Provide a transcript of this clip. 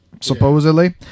supposedly